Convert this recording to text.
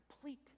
Complete